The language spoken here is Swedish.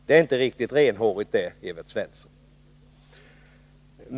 Det är inte riktigt renhårigt, Evert Svensson!